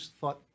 thought